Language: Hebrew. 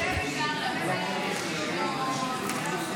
רון כץ,